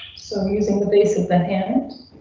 so using the basic the hand.